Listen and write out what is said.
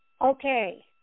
Okay